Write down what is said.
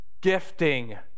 gifting